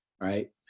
Right